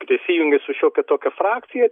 prisijungia su šiokia tokia frakcija